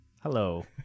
Hello